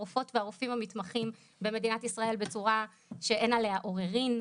הרופאים והרופאות המתמחים במדינת ישראל בצורה שאין עליה עוררין.